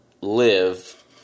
live